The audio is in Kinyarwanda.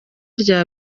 rya